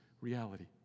reality